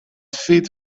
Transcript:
fit